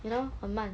you know 很慢